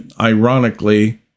ironically